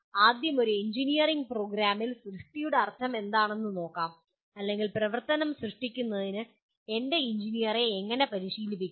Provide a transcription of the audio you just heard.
ആദ്യം ഒരു എഞ്ചിനീയറിംഗ് പ്രോഗ്രാമിൽ സൃഷ്ടിയുടെ അർത്ഥമെന്താണെന്ന് നോക്കാം അല്ലെങ്കിൽ പ്രവർത്തനം സൃഷ്ടിക്കുന്നതിന് എന്റെ എഞ്ചിനീയറെ എങ്ങനെ പരിശീലിപ്പിക്കും